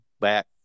back